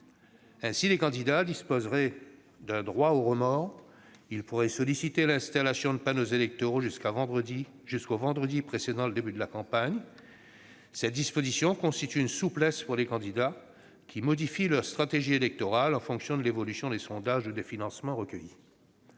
Ainsi, les candidats disposeraient d'un « droit au remords »: ils pourraient solliciter l'installation de panneaux électoraux jusqu'au vendredi précédant le début de la campagne. Cette disposition constitue une souplesse pour les candidats qui modifient leur stratégie électorale en fonction de l'évolution des sondages ou des financements recueillis.